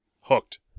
hooked